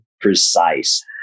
precise